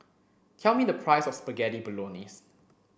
tell me the price of Spaghetti Bolognese